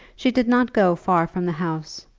she did not go far from the house,